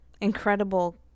incredible